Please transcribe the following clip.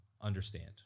understand